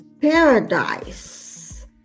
paradise